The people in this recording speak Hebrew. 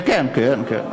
כן, כן.